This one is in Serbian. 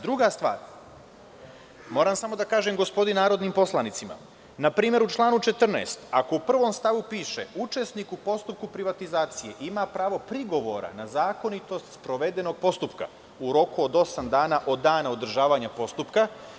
Druga stvar, moram samo da kažem gospodi narodnim poslanicima, npr. u članu 14. ako u prvom stavu piše – učesnik u postupku privatizacije ima pravo prigovora na zakonitost sprovedenog postupka u roku od osam dana od dana održavanja postupka.